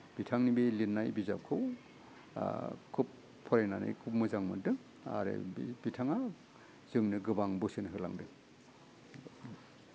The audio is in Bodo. बिथांनि बे लिरनाय बिजाबखौ खुब फरायनानै खुब मोजां मोन्दों आरो बि बिथाङा जोंनो गोबां बोसोन होलांहों